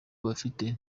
bafite